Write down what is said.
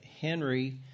Henry